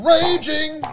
Raging